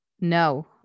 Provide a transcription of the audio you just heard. No